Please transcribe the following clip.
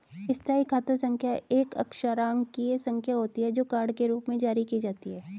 स्थायी खाता संख्या एक अक्षरांकीय संख्या होती है, जो कार्ड के रूप में जारी की जाती है